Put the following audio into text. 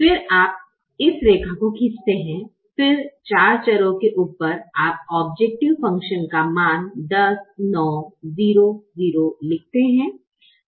फिर आप इस रेखा को खींचते हैं फिर चार चरों के ऊपर आप औब्जैकटिव फ़ंक्शन का मान 10 9 0 0 लिखते हैं